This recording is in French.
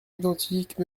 identiques